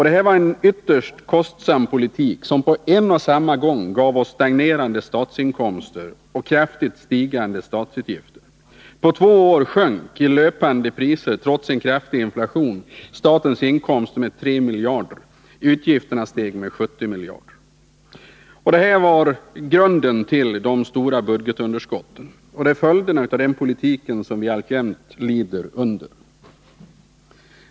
Det här var en ytterst kostsam politik, som på en och samma gång gav oss stagnerande statsinkomster och kraftigt stigande statsutgifter. På två år sjönk i löpande priser, trots en kraftig inflation, statens inkomster med 3 miljarder kronor. Utgifterna steg med 70 miljarder. Det var då som de stora budgetunderskotten skapades. Det är följderna av den politiken som vi alltjämt lider av.